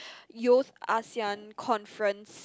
Youth Asean Conference